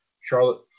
Charlotte